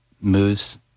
moves